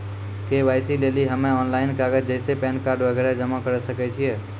KYC लेली हम्मय online कागज जैसे पैन कार्ड वगैरह जमा करें सके छियै?